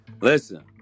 Listen